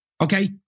Okay